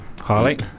Harley